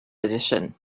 edition